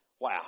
Wow